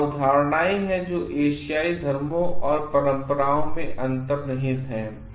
ये अवधारणाएं हैं जो एशियाई धर्मों और परंपराओं में अंतर्निहित हैं